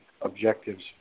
objectives